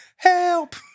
help